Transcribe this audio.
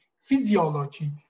physiology